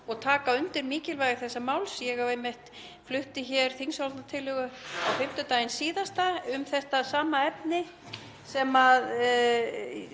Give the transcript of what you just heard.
og taka undir mikilvægi þessa máls. Ég einmitt flutti hér þingsályktunartillögu á fimmtudaginn síðasta um þetta sama efni og